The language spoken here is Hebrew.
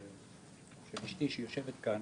של אשתי שיושבת כאן